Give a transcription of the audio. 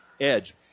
edge